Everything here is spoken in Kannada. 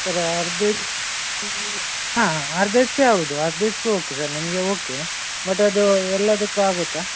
ಸರ್ ಅರ್ಧ ಎಚ್ ಪಿ ಹಾಂ ಹಾಂ ಅರ್ಧ ಎಚ್ ಪಿ ಆಗ್ಬೋದು ಅರ್ಧ ಎಚ್ ಪಿ ಓಕೆ ಸರ್ ನಮಗೆ ಓಕೆ ಬಟ್ ಅದು ಎಲ್ಲದಕ್ಕೂ ಆಗುತ್ತಾ